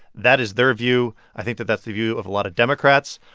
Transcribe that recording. that is their view. i think that that's the view of a lot of democrats.